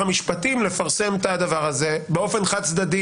המשפטים לפרסם את הדבר הזה באופן חד צדדי.